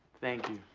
thank you.